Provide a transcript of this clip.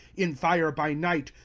in fire by night,